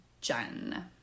Jen